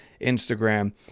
Instagram